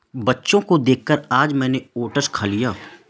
बच्चों को देखकर आज मैंने भी ओट्स खा लिया